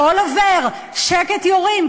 הכול עובר, "שקט, יורים".